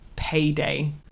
payday